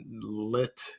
lit